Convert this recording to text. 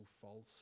false